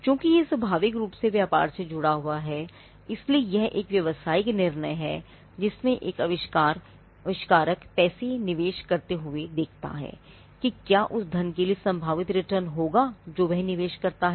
चूंकि यह स्वाभाविक रूप से व्यापार से जुड़ा हुआ है इसलिए यह एक व्यवसायिक निर्णय है जिसमें एक आविष्कारक पैसे निवेश करते हुए देखता है कि क्या उस धन के लिए संभावित रिटर्न होगा जो वह निवेश करता है